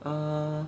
err